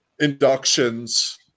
inductions